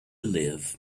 live